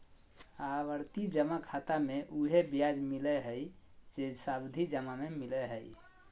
आवर्ती जमा खाता मे उहे ब्याज मिलय हइ जे सावधि जमा में मिलय हइ